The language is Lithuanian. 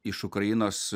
iš ukrainos